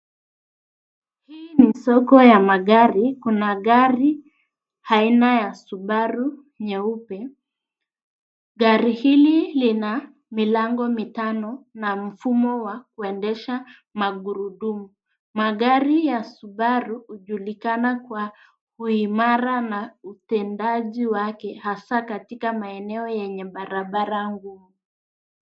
Hii ni soko ya magari. Kuna gari aina ya Subaru, rangi ya samawati. Gari hili lina milango mitano na mfumo wa uendeshaji wa magurudumu yote. Magari ya Subaru yanajulikana kwa uimara na utendaji wake bora katika maeneo ya nyabarabara ngumu.